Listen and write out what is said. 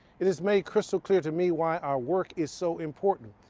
it has made crystal clear to me why our work is so important.